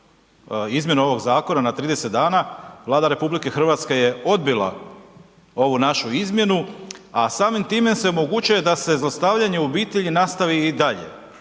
izmjenu ovog zakona na 30 dana, Vlada RH je odbila ovu našu izmjenu, a samim time se omogućuje da se zlostavljanje u obitelji nastavi i dalje